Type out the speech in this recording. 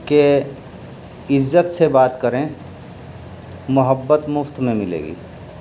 کہ عزت سے بات کریں محبت مفت میں ملے گی